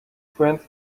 friends